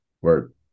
Word